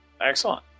Excellent